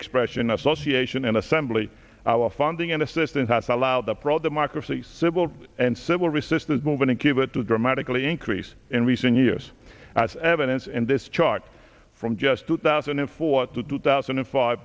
expression association and assembly our funding and assistance has allowed the pro democracy civil and civil resistance movement in cuba to dramatically increase in recent years as evidence in this chart from just two thousand and four to two thousand and five